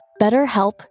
BetterHelp